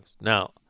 Now